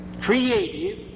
creative